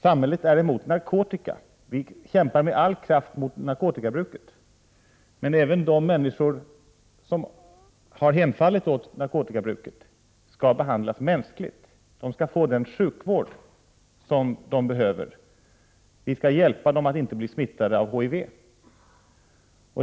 Samhället är emot narkotika och kämpar med all kraft mot narkotikabruket, men även de människor som har hemfallit åt narkotikabruket skall behandlas mänskligt, och de skall få den sjukvård som de behöver. Vi skall hjälpa dem att inte bli smittade av HIV.